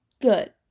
Good